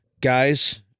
guys